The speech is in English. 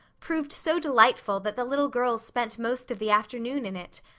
proved so delightful that the little girls spent most of the afternoon in it,